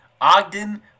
Ogden